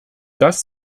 das